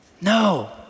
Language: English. no